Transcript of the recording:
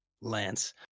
Lance